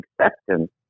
acceptance